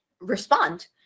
respond